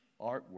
artwork